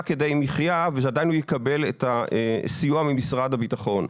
כדי מחיה ושעדיין הוא יקבל את הסיוע ממשרד הביטחון.